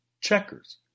checkers